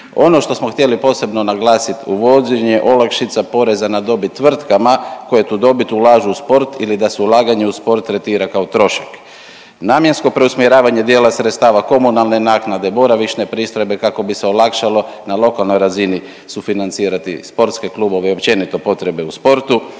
Ono što smo htjeli posebno naglasiti uvođenje olakšica poreza na dobit tvrtkama koje tu dobit ulažu u sport ili da se ulaganje u sport tretira kao trošak. Namjensko preusmjeravanje dijela sredstava komunalne naknade, boravišne pristojbe kako bi se olakšalo na lokalnoj razini sufinancirati sportske klubove i općenito potrebe u sportu,